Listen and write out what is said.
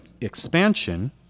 expansion